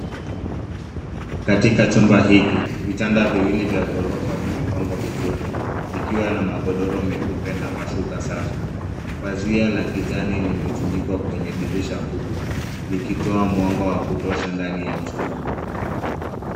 Katika chumba hiki, vitanda viwili vya ghorofa vimepagwa vizuri vikiwa na magodoro meupe na mashuka safi. Pazia la kijani limetudikwa kwenye dirisha kubwa likitoa mwanga wa kutosha ndani ya chumba.